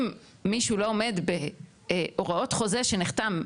אם מישהו לא עומד בהוראות חוזה שנחתם,